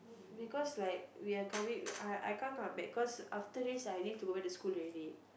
because like we are coming I I can't come back cause after this I need to go back to school already